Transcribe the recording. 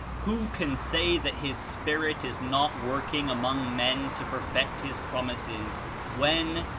who can say that his spirit is not working among men to perfect his promises when,